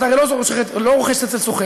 הרי את לא רוכשת אצל סוכן,